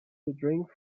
drink